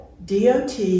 DOT